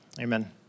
Amen